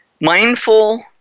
Mindful